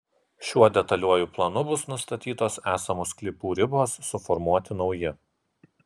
šiuo detaliuoju planu bus nustatytos esamų sklypų ribos suformuoti nauji